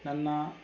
ನನ್ನ